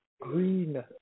green